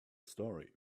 story